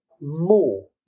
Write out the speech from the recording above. more